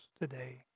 today